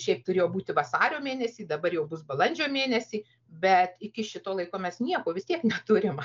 šiaip turėjo būti vasario mėnesį dabar jau bus balandžio mėnesį bet iki šito laiko mes nieko vis tiek neturim